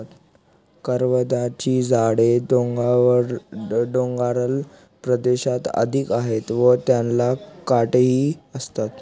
करवंदाची झाडे डोंगराळ प्रदेशात अधिक आहेत व त्याला काटेही असतात